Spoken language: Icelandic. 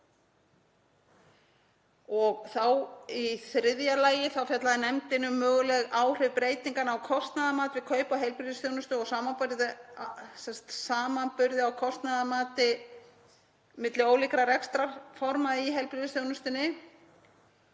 Í þriðja lagi fjallaði nefndin um möguleg áhrif breytinganna á kostnaðarmat við kaup á heilbrigðisþjónustu og samanburð á kostnaðarmati milli ólíkra rekstrarforma í heilbrigðisþjónustunni.